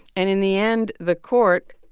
and in the end, the court,